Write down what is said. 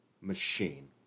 machine